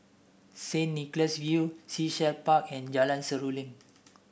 Saint Nicholas View Sea Shell Park and Jalan Seruling